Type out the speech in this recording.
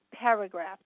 paragraph